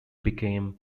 became